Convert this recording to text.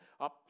up